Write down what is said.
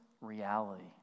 reality